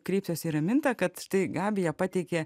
kreipsiuos į ramintą kad štai gabija pateikė